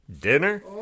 dinner